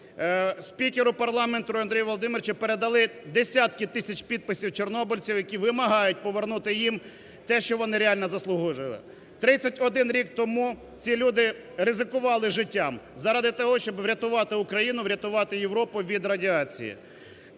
Спікеру парламенту Андрію Володимировичу передали десятки тисяч підписів чорнобильців, які вимагають повернути їм те, що вони реально заслужили. 31 рік тому ці люди ризикували життям заради того, щоб врятувати Україну, врятувати Європу від радіації.